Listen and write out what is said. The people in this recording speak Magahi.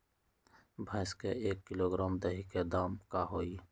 भैस के एक किलोग्राम दही के दाम का होई?